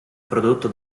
prodotto